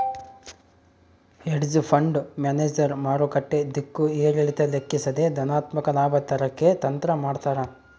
hedge fund manager ಮಾರುಕಟ್ಟೆ ದಿಕ್ಕು ಏರಿಳಿತ ಲೆಕ್ಕಿಸದೆ ಧನಾತ್ಮಕ ಲಾಭ ತರಕ್ಕೆ ತಂತ್ರ ಮಾಡ್ತಾರ